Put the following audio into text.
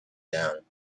down